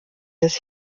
des